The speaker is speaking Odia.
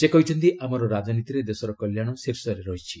ସେ କହିଛନ୍ତି ଆମର ରାଜନୀତିରେ ଦେଶର କଲ୍ୟାଣ ଶୀର୍ଷରେ ରହିଛି